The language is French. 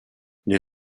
les